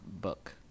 book